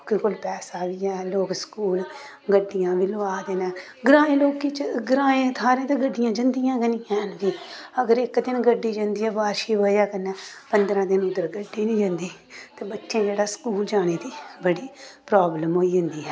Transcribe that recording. लोकें कोल पैसा बी ऐ लोग स्कूल गड्डियां बी लवा दे न ग्राईं लोकें च ग्राएं थाह्रें ते गड्डियां जंदियां गै निं हैन बी अगर इक दिन गड्डी जंदी ऐ बारश दी ब'जा कन्नै पंदरां दिन उद्धर गड्डी निं जंदी ते बच्चें जेह्ड़ा स्कूल जाने दी बड़ी प्राब्लम होई जंदी ऐ